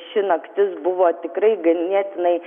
ši naktis buvo tikrai ganėtinai